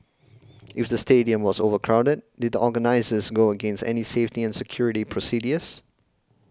if the stadium was overcrowded did the organisers go against any safety and security procedures